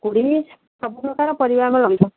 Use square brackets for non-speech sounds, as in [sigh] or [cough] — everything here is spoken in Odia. [unintelligible] ସବୁ ପ୍ରକାର ପରିବା ଆମର ରହିବ